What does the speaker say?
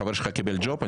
החבר שלך קיבל ג'וב?